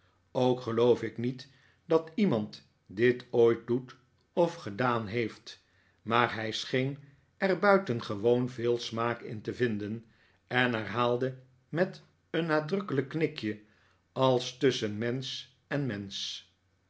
ook geloof ik niet dat iemand dit ooit doet of gedaan heeft maar hij scheen er buitengewoon veel smaak in te vinden en herhaalde met een nadrukkelijk knikje als tusschen mensch en mensch